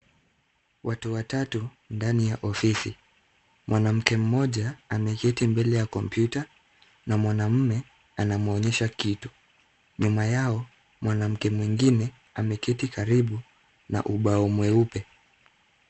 Watu watatu ndani ya ofisi. Mwanamke mmoja ameketi mbele ya kompyuta na mwanamume ananwonyesha kitu. Nyuma yao mwanamke mwingine ameketi karibu na ubao mweupe.